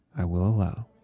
i will allow.